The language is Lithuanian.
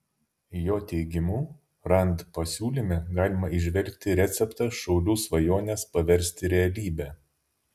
jo teigimu rand pasiūlyme galima įžvelgti receptą šaulių svajones paversti realybe